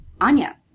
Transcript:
Anya